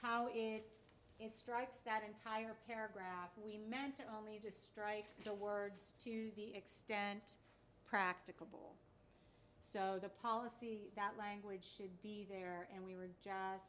how in it strikes that entire paragraph we meant only to strike the words to the extent practicable so the policy that language should be there and we were j